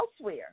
elsewhere